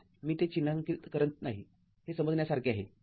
मी ते चिन्हांकित करत नाही हे समजण्यासारखे आहे